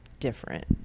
different